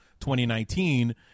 2019